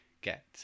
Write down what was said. get